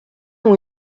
ont